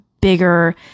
bigger